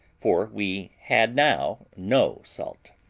for we had now no salt.